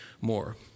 more